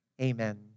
Amen